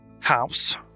house